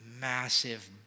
massive